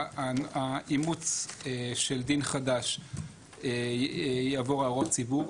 האימוץ של דין חדש יעבור הערות ציבור,